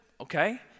Okay